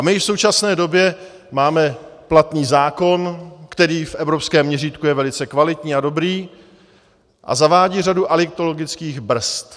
My v současné době máme platný zákon, který je v evropském měřítku velice kvalitní a dobrý a zavádí řadu adiktologických brzd.